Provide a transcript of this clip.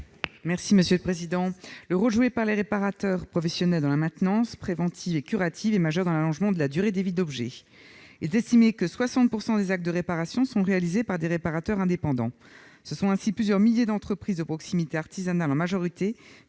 est à Mme Laure Darcos. Le rôle joué par les réparateurs professionnels dans la maintenance préventive et curative est majeur dans l'allongement de la durée de vie des objets. On estime que 60 % des actes de réparation sont réalisés par des réparateurs indépendants. Ce sont ainsi plusieurs milliers d'entreprises de proximité, artisanales en majorité,